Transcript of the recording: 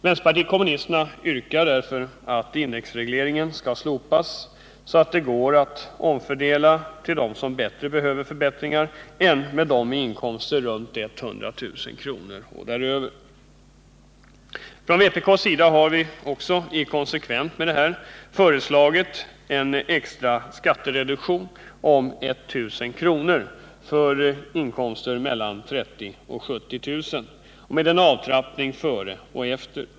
Vänsterpartiet kommunisterna yrkar därför att indexregleringen skall slopas så att det går att omfördela till dem som bättre behöver förbättringar än de med inkomster på 100 000 kr. och däröver. Från vpk:s sida har vi i konsekvens med detta föreslagit en extra skattereduktion om 1 000 kr. för inkomster mellan 30 000 och 70 000 kr., med en avtrappning före och efter.